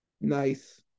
nice